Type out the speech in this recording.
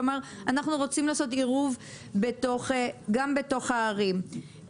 כלומר, אנחנו רוצים לעשות עירוב גם בתוך הערים.